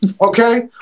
Okay